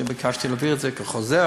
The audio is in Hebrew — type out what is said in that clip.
שביקשתי להעביר את זה כחוזה,